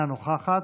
אינה נוכחת,